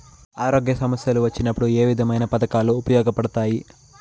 ఆరోగ్య సమస్యలు వచ్చినప్పుడు ఏ విధమైన పథకాలు ఉపయోగపడతాయి